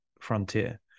frontier